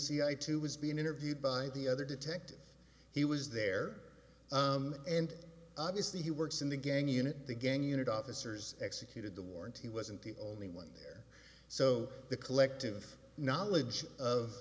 cia too was being interviewed by the other detectives he was there and obviously he works in the gang unit the gang unit officers executed the war and he wasn't the only one there so the collective knowledge of